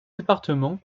département